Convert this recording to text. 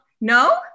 No